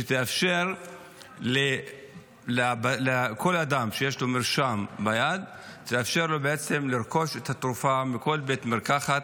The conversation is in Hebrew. שתאפשר לכל אדם שיש לו מרשם ביד לרכוש את התרופה מכל בית מרקחת,